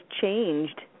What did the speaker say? changed